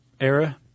era